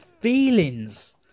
feelings